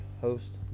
host